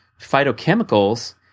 phytochemicals